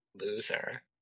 loser